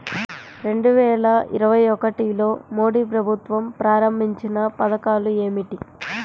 రెండు వేల ఇరవై ఒకటిలో మోడీ ప్రభుత్వం ప్రారంభించిన పథకాలు ఏమిటీ?